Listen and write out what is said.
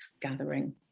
gathering